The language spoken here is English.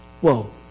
Whoa